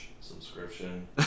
subscription